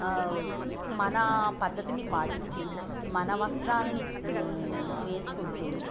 మన పద్ధతిని పాటిస్తూ మన వస్త్రాలని వేసుకుంటూ